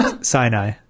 Sinai